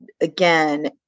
again